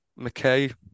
McKay